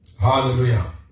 Hallelujah